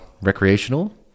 recreational